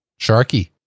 Sharky